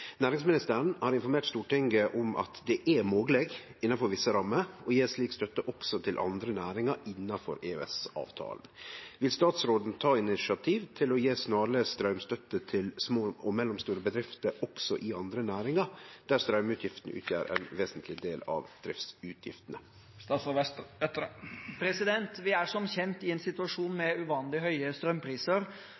Næringsministeren har informert Stortinget om at det er mogleg, innanfor visse rammer, å gje slik støtte også til andre næringar innanfor EØS-avtalen. Vil statsråden ta initiativ til å gje snarleg straumstøtte til små og mellomstore bedrifter også i andre næringar der straumutgiftene utgjer ein vesentleg del av driftsutgiftene?» Vi er som kjent i en situasjon